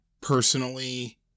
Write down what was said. personally